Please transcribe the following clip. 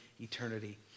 eternity